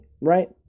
right